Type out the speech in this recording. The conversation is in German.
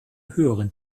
höheren